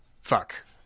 fuck